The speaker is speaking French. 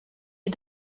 est